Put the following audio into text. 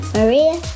Maria